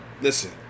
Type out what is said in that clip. listen